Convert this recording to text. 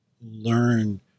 learn